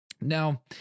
Now